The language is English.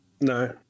No